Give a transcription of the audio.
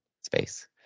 space